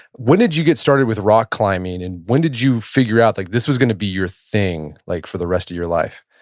when did you get started with rock climbing? and when did you figure out like this was going to be your thing like for the rest of your life?